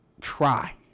try